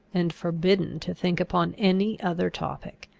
and forbidden to think upon any other topic.